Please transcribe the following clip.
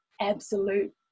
absolute